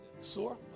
Sore